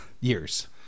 Years